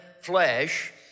flesh